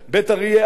ביתר-עילית,